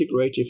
integrative